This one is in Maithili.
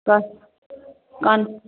तऽ तहन